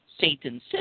Satan's